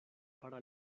para